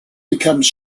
becomes